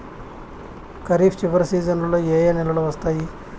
ఖరీఫ్ చివరి సీజన్లలో ఏ ఏ నెలలు వస్తాయి